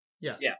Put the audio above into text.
Yes